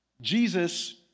Jesus